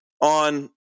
on